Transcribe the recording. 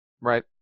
Right